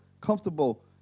comfortable